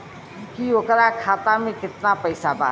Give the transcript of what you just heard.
की ओकरा खाता मे कितना पैसा बा?